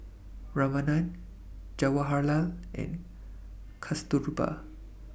Ramanand Jawaharlal and Kasturba